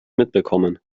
mitbekommen